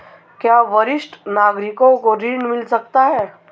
क्या वरिष्ठ नागरिकों को ऋण मिल सकता है?